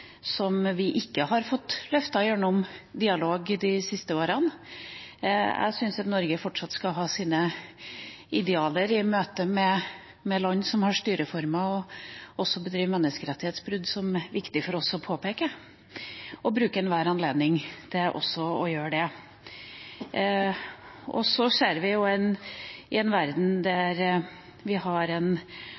som vi ikke har fått løftet fram gjennom dialog de siste årene. Jeg syns at Norge fortsatt skal ha sine idealer i møte med land som har styreformer og bedriver menneskerettighetsbrudd som det er viktig for oss å påpeke, og bruke enhver anledning til å gjøre det. Og vi ser jo en verden der vi har en